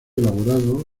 elaborado